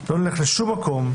אנחנו לא נלך לשום מקום.